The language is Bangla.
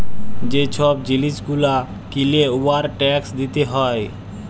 যে ছব জিলিস গুলা কিলে উয়ার ট্যাকস দিতে হ্যয়